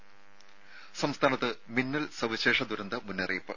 ത സംസ്ഥാനത്ത് മിന്നൽ സവിശേഷ ദുരന്ത മുന്നറിയിപ്പ്